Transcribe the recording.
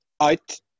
out